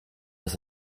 dass